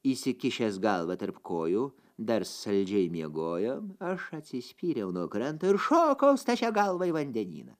įsikišęs galvą tarp kojų dar saldžiai miegojo aš atsispyriau nuo kranto ir šokau stačia galva į vandenyną